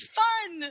fun